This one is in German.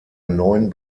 neun